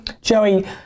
Joey